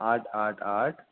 आट आट आट